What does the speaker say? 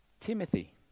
Timothy